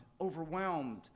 overwhelmed